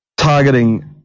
Targeting